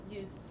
use